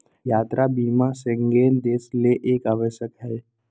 यात्रा बीमा शेंगेन देश ले एक आवश्यक हइ